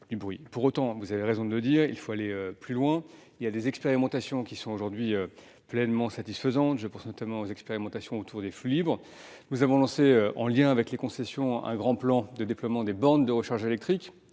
Pour autant, vous avez raison de le dire, il faut aller plus loin. Des expérimentations sont aujourd'hui pleinement satisfaisantes : je pense notamment à celles sur les flux libres. Nous avons lancé, en lien avec les concessionnaires, un grand plan de déploiement des bornes de recharge électrique.